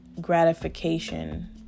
gratification